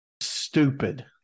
stupid